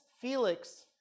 Felix